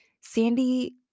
Sandy